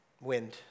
wind